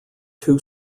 two